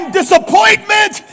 disappointment